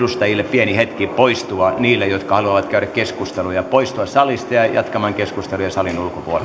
pieni hetki niille edustajille jotka haluavat käydä keskusteluja poistua salista jatkamaan keskusteluja salin